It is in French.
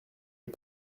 est